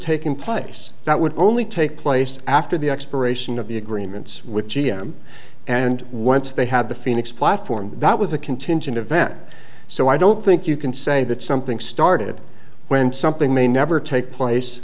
taken place that would only take place after the expiration of the agreements with g m and once they had the phoenix platform that was a contingent event so i don't think you can say that something started when something may never take place